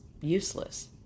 useless